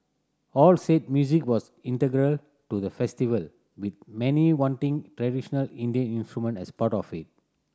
all said music was integral to the festival with many wanting traditional Indian instrument as part of it